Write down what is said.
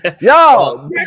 Yo